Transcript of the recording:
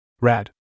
Rad